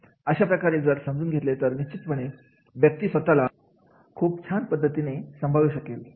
अशाप्रकारे जर समजून घेतले तर निश्चितपणे व्यक्ती स्वतःला खूप छान पद्धतीने सांभाळू शकेल